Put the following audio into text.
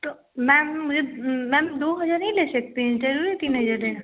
तो मैम मुझे मैम दो हजार नहीं ले सकती हैं जरूरी है तीन हजार देना